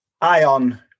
Ion